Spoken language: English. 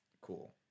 cool